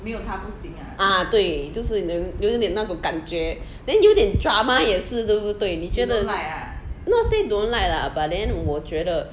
ah 对就是有一点那种感觉 then 有点 drama 也是对不对你觉得 not say don't like lah but then 我觉得